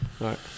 Right